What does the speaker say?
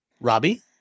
Robbie